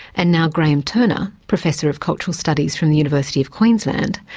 and now graeme turner, professor of cultural studies from the university of queensland,